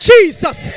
Jesus